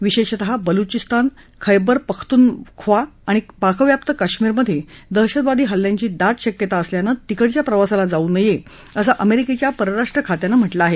विशेषतः बलुचिस्तान खैबरपखतुनख्वा आणि पाकव्याप्त कश्मीरमधे दहशतवादी हल्ल्यांची दाट शक्यता असल्यानं तिकडच्या प्रवासाला जाऊ नये असं अमेरिकेच्या परराष्ट्र खात्यानं म्हटलं आहे